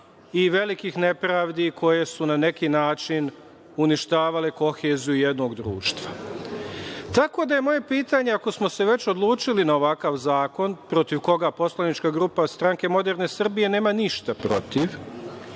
i velikih nepravdi koje su na neki način uništavale koheziju jednog društva. Tako da je moje pitanje, ako smo se već odlučili na ovakav zakon protiv koga poslanička grupa Stranke moderne Srbije nema ništa protiv,